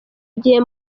igihe